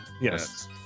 Yes